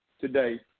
today